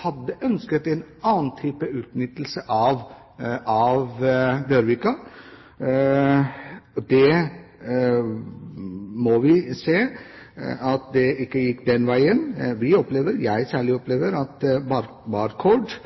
hadde ønsket en annen type utnyttelse av Bjørvika. Vi må innse at det ikke gikk den veien. Vi, særlig jeg,